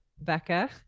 Becca